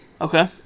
Okay